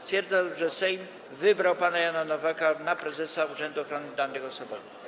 Stwierdzam, że Sejm wybrał pana Jana Nowaka na prezesa Urzędu Ochrony Danych Osobowych.